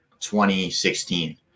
2016